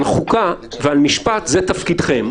על חוקה ועל משפט זה תפקידכם.